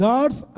God's